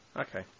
Okay